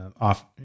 off